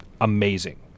amazing